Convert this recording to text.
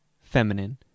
feminine